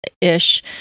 ish